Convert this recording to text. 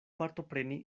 partopreni